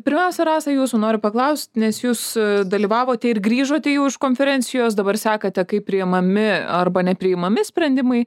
pirmiausia rasa jūsų noriu paklaust nes jūs dalyvavote ir grįžote jau iš konferencijos dabar sekate kaip priimami arba nepriimami sprendimai